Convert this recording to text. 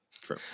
True